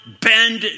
bend